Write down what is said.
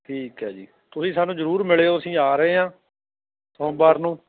ਠੀਕ ਹੈ ਜੀ ਤੁਸੀਂ ਸਾਨੂੰ ਜ਼ਰੂਰ ਮਿਲਿਓ ਅਸੀਂ ਆ ਰਹੇ ਹਾਂ ਸੋਮਵਾਰ ਨੂੰ